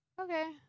Okay